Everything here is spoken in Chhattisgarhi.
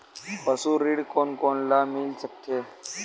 पशु ऋण कोन कोन ल मिल सकथे?